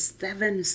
seven